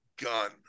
gun